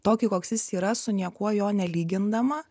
tokį koks jis yra su niekuo jo nelygindama